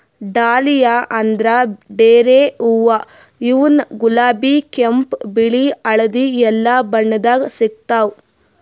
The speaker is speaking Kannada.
ಡಾಲಿಯಾ ಅಂದ್ರ ಡೇರೆ ಹೂವಾ ಇವ್ನು ಗುಲಾಬಿ ಕೆಂಪ್ ಬಿಳಿ ಹಳ್ದಿ ಎಲ್ಲಾ ಬಣ್ಣದಾಗ್ ಸಿಗ್ತಾವ್